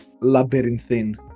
labyrinthine